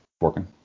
working